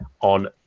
on